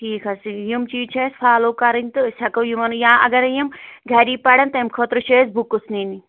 ٹھیٖک حظ چھُ یِم چیٖز چھِ اَسہِ فالوٗ کَرٕنۍ تہٕ أسۍ ہٮ۪کو یِمن یا اگرے یِم گَری پَرن تَمہِ خٲطرٕ چھِ اَسہِ بُکٕس نِنۍ